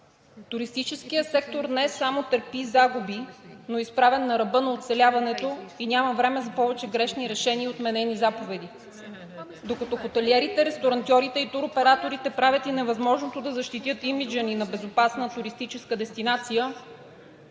Туристическият сектор не само търпи загуби, но е изправен на ръба на оцеляването и няма време за повече грешни решения и отменени заповеди. Докато хотелиерите, ресторантьорите и туроператорите правят и невъзможното да защитят имиджа ни на безопасна туристическа дестинация,